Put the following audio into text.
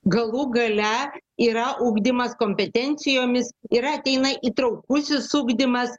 galų gale yra ugdymas kompetencijomis yra ateina įtraukusis ugdymas